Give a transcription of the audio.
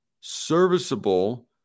serviceable